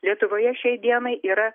lietuvoje šiai dienai yra